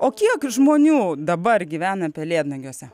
o kiek žmonių dabar gyvena pelėdnagiuose